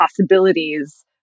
possibilities